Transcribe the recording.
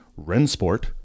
Rensport